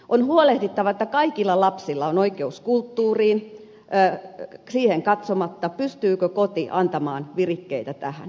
on huolehdittava että kaikilla lapsilla on oikeus kulttuuriin siihen katsomatta pystyykö koti antamaan virikkeitä tähän